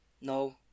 No